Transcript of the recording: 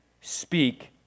speak